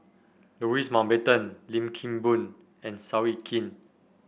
Louis Mountbatten Lim Kim Boon and Seow Yit Kin